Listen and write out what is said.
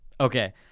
Okay